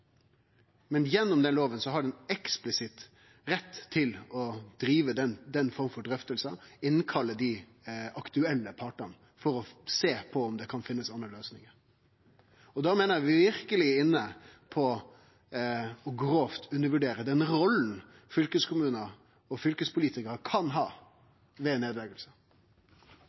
innkalle dei aktuelle partane for å sjå på om det kan finnast andre løysingar. Da meiner eg at vi verkeleg er inne på grovt å undervurdere den rolla fylkeskommunar og fylkespolitikarar kan ha ved